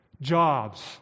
jobs